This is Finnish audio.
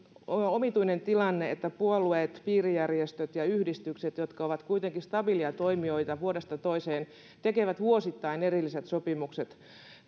omituinen tilanne että puolueet piirijärjestöt ja yhdistykset jotka ovat kuitenkin stabiileja toimijoita vuodesta toiseen tekevät vuosittain erilliset sopimukset